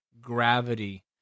gravity